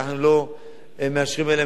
אלא אם כן באמת עשינו בדיקה יסודית,